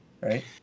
right